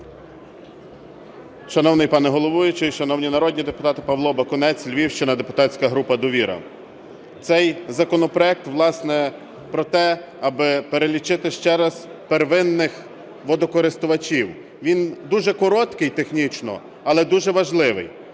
Шановний пане головуючий, шановні народні депутати! Павло Бакунець, Львівщина, депутатська група "Довіра". Цей законопроект, власне, про те, аби перелічити ще раз первинних водокористувачів. Він дуже короткий технічно, але дуже важливий.